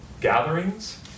gatherings